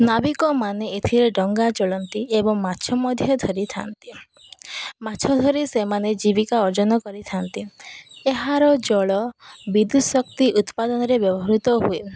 ନାବିକ ମାନେ ଏଥିରେ ଡଙ୍ଗା ଚଳନ୍ତି ଏବଂ ମାଛ ମଧ୍ୟ ଧରିଥାନ୍ତି ମାଛ ଧରି ସେମାନେ ଜୀବିକା ଅର୍ଜନ କରିଥାନ୍ତି ଏହାର ଜଳ ବିଦ୍ୟୁତ ଶକ୍ତି ଉତ୍ପାଦନରେ ବ୍ୟବହୃତ ହୁଏ